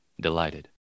delighted